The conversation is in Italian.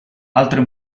altro